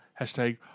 Hashtag